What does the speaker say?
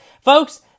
Folks